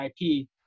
IP